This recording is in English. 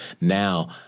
now